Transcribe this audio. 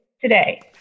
today